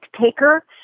taker